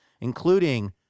including